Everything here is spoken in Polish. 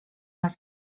nas